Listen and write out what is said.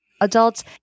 adults